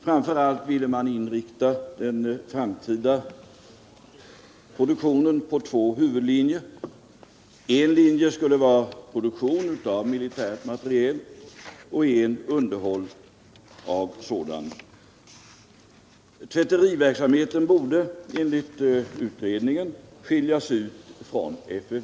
= Framför allt ville man inrikta den framtida produktionen på två hu Huvudmannaskavudlinjer. En linje skulle vara produktion av militär materiel och en = pet för förenade underhåll av sådan materiel. Tvätteriverksamheten borde enligt utred = fabriksverkens ningen skiljas ut från FFV.